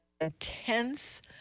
intense